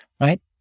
right